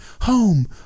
Home